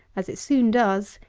as it soon does,